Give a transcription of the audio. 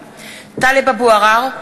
(קוראת בשמות חברי הכנסת) טלב אבו עראר,